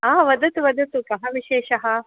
आ वदतु वदतु कः विशेषः